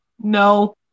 No